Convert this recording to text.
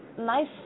nice